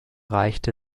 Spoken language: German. reicht